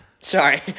Sorry